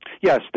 Yes